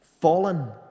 Fallen